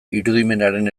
irudimenaren